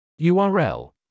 URL